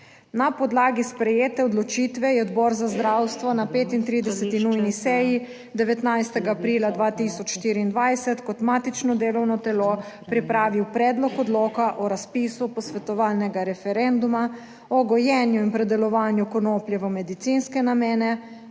Na podlagi sprejete odločitve je Odbor za zdravstvo na 35. nujni seji 19. aprila 2024 kot matično delovno telo pripravil Predlog odloka o razpisu posvetovalnega referenduma o gojenju in predelovanju konoplje v medicinske namene